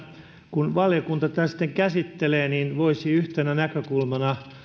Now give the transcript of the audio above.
kun valiokunta tämän sitten käsittelee se voisi yhtenä näkökulmana